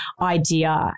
idea